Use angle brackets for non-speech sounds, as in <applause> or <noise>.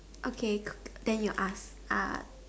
okay <noise> then you ask <noise>